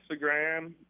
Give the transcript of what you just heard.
Instagram